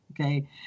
Okay